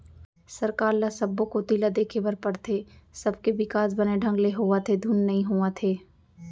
सरकार ल सब्बो कोती ल देखे बर परथे, सबके बिकास बने ढंग ले होवत हे धुन नई होवत हे